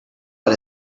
but